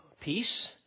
peace